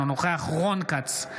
אינו נוכח רון כץ,